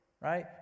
Right